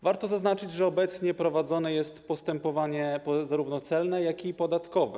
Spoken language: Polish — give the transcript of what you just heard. Warto zaznaczyć, że obecnie prowadzone jest postępowanie zarówno celne, jak i podatkowe.